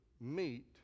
meet